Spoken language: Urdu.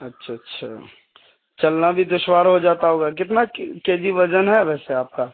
اچھا اچھا چلنا بھی دشوار ہو جاتا ہوگا کتنا کے جی وزن ہے ویسے آپ کا